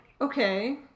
Okay